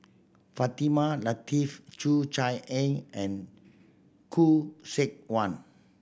Fatimah Lateef Cheo Chai Eng and Khoo Seok Wan